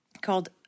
called